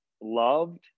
loved